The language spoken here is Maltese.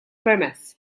permess